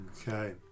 Okay